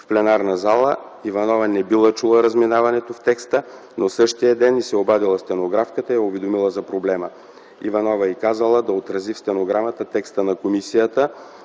В пленарната зала Иванова не била чула разминаването в текста, но същия ден й се обадила стенографката и я уведомила за проблема. Иванова й казала да отрази в стенограмата текста на комисията,